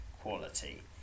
quality